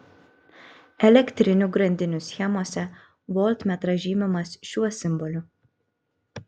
elektrinių grandinių schemose voltmetras žymimas šiuo simboliu